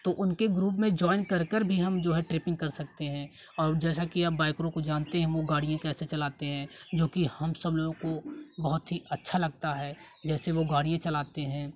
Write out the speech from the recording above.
तो उनके ग्रुप में ज्वाइन कर कर भी हम जो है ट्रिपिंग कर सकते हैं और जैसा कि आप बाइकरों को जानते हैं वो गाड़ियाँ कैसे चलाते हैं जो कि हम सब लोग को बहुत ही अच्छा लगता है जैसे वह गाड़ियाँ चलाते हैं